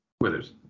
Withers